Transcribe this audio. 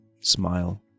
smile